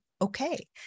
okay